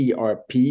ERP